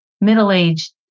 middle-aged